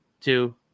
two